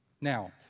Now